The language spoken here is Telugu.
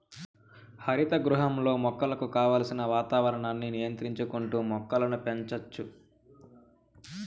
హరిత గృహంలో మొక్కలకు కావలసిన వాతావరణాన్ని నియంత్రించుకుంటా మొక్కలను పెంచచ్చు